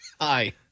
Hi